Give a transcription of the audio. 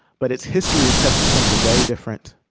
but its history attests to something very different